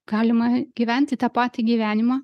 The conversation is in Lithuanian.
galima gyventi tą patį gyvenimą